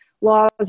Laws